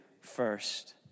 first